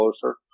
closer